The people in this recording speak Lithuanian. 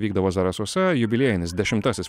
vykdavo zarasuose jubiliejinis dešimtasis